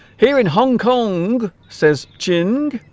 here in hong kong says jing